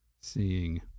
seeing